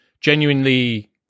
genuinely